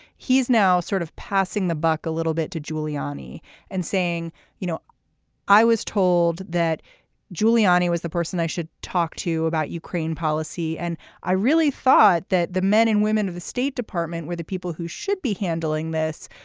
he's now sort of passing the buck a little bit to giuliani and saying you know i was told that giuliani was the person i should talk to about ukraine policy and i really thought that the men and women of the state department were the people who should be handling this.